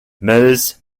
meuse